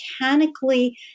mechanically